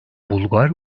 bulgar